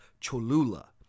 Cholula